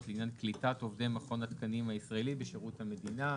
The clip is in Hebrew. לעניין קליטת עובדי מכון התקנים הישראלי בשירות המדינה".